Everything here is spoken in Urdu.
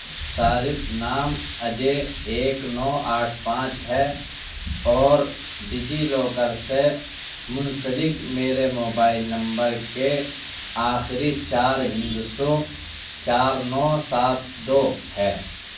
صارف نام اجے ایک نو آٹھ پانچ ہے اور ڈیجی لاکر سے منسلک میرے موبائل نمبر کے آخری چار ہندسوں چار نو سات دو ہے